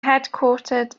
headquartered